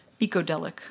ecodelic